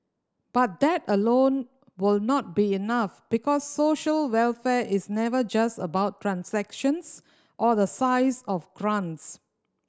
but that alone will not be enough because social welfare is never just about transactions or the size of grants